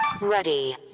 Ready